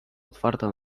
otwarta